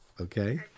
Okay